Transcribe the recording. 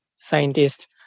scientists